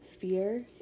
Fear